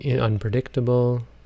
unpredictable